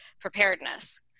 preparedness